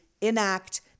enact